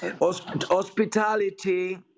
Hospitality